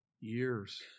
years